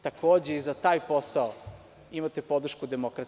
Takođe, za taj posao imate podršku DS.